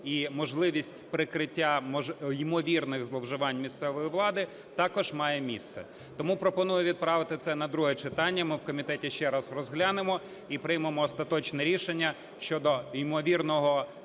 і можливість прикриття ймовірних зловживань місцевої влади також має місце. Тому пропоную відправити це на друге читання. Ми в комітеті це раз розглянемо і приймемо остаточне рішення щодо ймовірної